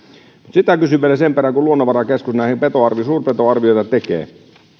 sen perään kun luonnonvarakeskus suurpetoarvioita tekee